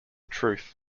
truth